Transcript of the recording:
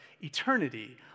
eternity